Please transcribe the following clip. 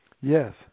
Yes